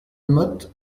motte